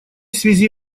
связи